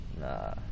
Nah